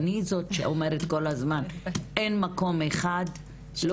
אני זאת שאומרת כל הזמן שאין מקום אחד לא